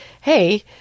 hey